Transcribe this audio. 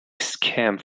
scheme